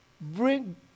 bring